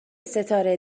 ستاره